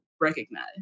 recognize